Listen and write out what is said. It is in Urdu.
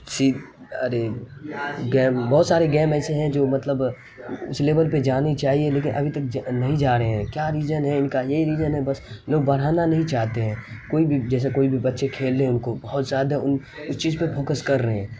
سی ارے گیم بہت سارے گیم ایسے ہیں جو مطلب اس لیول پہ جانے چاہئیں لیکن ابھی تک نہیں جا رہے ہیں کیا ریجن ہے ان کا یہی ریجن ہے بس لوگ بڑھانا نہیں چاہتے ہیں کوئی بھی جیسے کوئی بھی بچے کھیل رہے ہیں ان کو بہت زیادہ ان اس چیز پہ پھوکس کر رہے ہیں